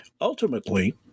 Ultimately